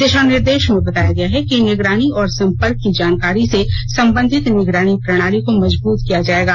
दिशा निर्देश में बताया गया है कि निगरानी और संपर्क की जानकारी से संबंधित निगरानी प्रणाली को मजबूत किया जाएगा